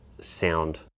sound